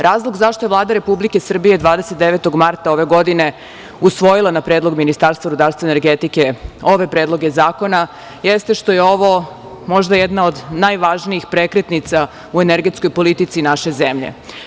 Razlog zašto je Vlada Republike Srbije 29. marta ove godine usvojila na predlog Ministarstva rudarstva i energetike ove predloge zakona, jeste što je ovo možda jedna od najvažnijih prekretnica u energetskoj politici naše zemlje.